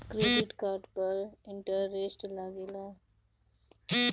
Credit card पर interest लागेला?